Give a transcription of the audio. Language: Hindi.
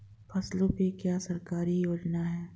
फसलों पे क्या सरकारी योजना है?